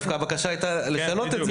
הבקשה הייתה דווקא לשנות את זה.